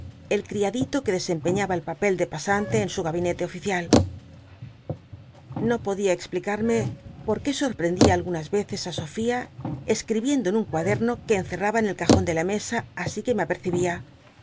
el ctiadito que desempeñaba el papel de pasa nte en su gabinete ofi cial no podia explicarme por qué sotprendia algunas veces ü sofia escribiendo en un cuttdcmo que encel aba en el cajon de la mesa así que me apercibía